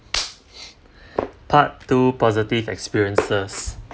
part two positive experiences